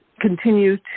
continue